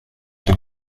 and